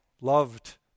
Loved